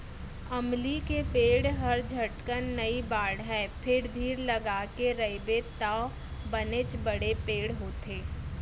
अमली के पेड़ हर झटकन नइ बाढ़य फेर धीर लगाके रइबे तौ बनेच बड़े पेड़ होथे